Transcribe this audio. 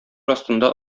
астында